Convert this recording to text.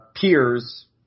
peers